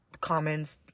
comments